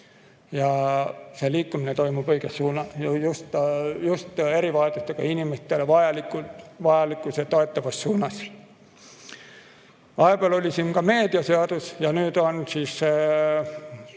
Ja see liikumine toimub õiges suunas, just erivajadustega inimestele vajalikus ja neid toetavas suunas. Vahepeal oli siin [arutusel] ka meediaseadus ja nüüd on siis